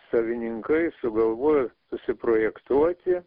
savininkai sugalvojo susiprojektuoti